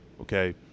okay